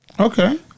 Okay